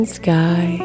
sky